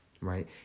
right